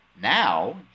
Now